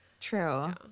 True